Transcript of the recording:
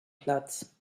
platz